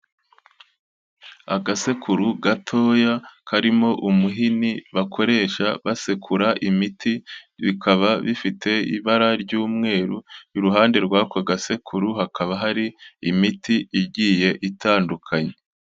Agasekuru gatoya karimo umuhini bakoresha basekura imiti, bikaba bifite ibara ry'umweru, iruhande rw'ako gasekuru hakaba hari imiti igiye itandukanye.